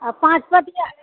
आ पाँच पतिया